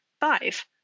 five